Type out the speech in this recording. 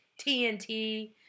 TNT